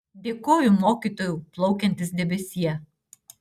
dėkoju mokytojau plaukiantis debesie